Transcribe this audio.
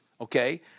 okay